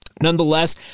Nonetheless